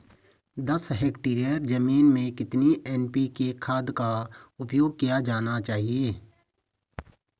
दस हेक्टेयर जमीन में कितनी एन.पी.के खाद का उपयोग किया जाना चाहिए?